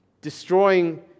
destroying